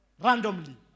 Randomly